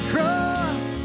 cross